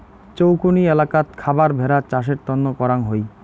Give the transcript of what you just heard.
চৌকনি এলাকাত খাবার ভেড়ার চাষের তন্ন করাং হই